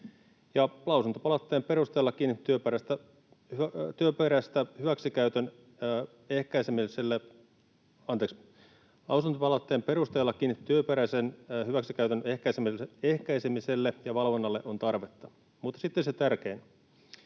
Lausuntopalautteen perusteellakin työperäisen hyväksikäytön ehkäisemiselle ja valvonnalle on tarvetta. Mutta sitten se tärkein.